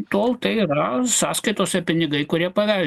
tol tai yra sąskaitose pinigai kurie pavel